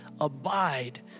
abide